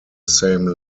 same